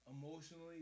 emotionally